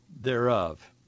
thereof